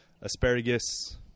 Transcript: asparagus